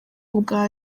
ubwa